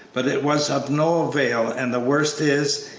but it was of no avail, and the worst is,